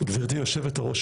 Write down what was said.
גבירתי יושבת-הראש,